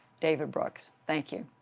david brooks. thank you.